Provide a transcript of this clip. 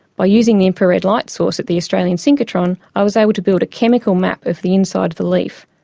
by using the infrared light source at the australian synchrotron i was able to build a chemical map of the inside of the leaf.